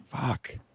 fuck